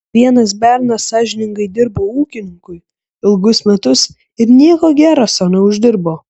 štai vienas bernas sąžiningai dirbo ūkininkui ilgus metus ir nieko gero sau neuždirbo